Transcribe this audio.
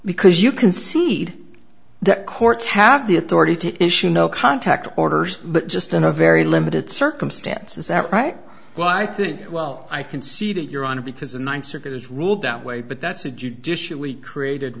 because you concede that courts have the authority to issue no contact orders but just in a very limited circumstances that right well i think well i can see that your honor because the ninth circuit is ruled out way but that's a judicially created